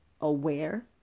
aware